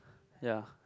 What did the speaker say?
ya